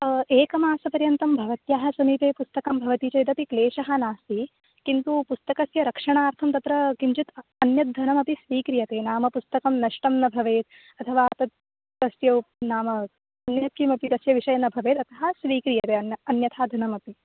ओ एकमासपर्यन्तं भवत्यः समीपे पुस्तकं भवति चेदपि क्लेशः नास्ति किन्तु पुस्तकस्य रक्षणार्थं तत्र किञ्चित् अन्यत् धनमपि स्वीक्रियते नाम पुस्तकं नष्टं न भवेत् अथवा त तस्य नाम अन्यत् किमपि तस्य विषये न भवेत् अतः स्वीक्रियते अन् अन्यथा धनमपि